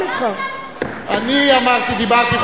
אני דיברתי,